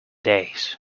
days